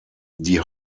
die